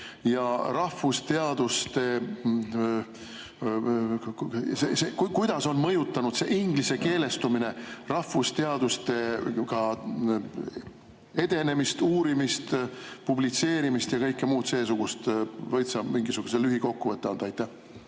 rahvusteadustele? Ja kuidas on mõjutanud ingliskeelestumine rahvusteadustega edenemist, selle uurimist, publitseerimist ja kõike muud seesugust? Võid sa mingisuguse lühikokkuvõtte anda?